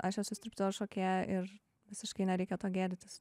aš esu striptizo šokėja ir visiškai nereikia to gėdytis